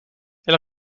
elle